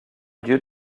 lieu